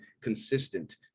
consistent